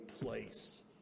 place